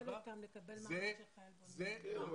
וזה אומר